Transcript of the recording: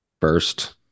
first